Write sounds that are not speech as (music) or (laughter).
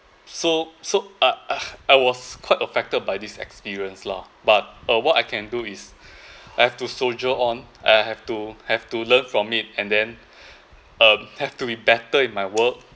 so so (noise) (breath) I was quite affected by this experience lah but uh what I can do is I have to soldier on I have to have to learn from it and then um have to be better in my work